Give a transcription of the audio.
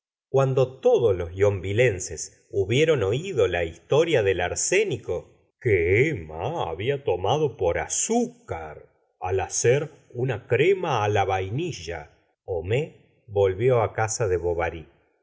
cuando todos los yonvilleses hubieron oído la historia del arsénico que emma había tomado por azúcar al hacer una crema á la vainilla homais volvió á casa de bovary